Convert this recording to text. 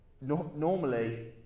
normally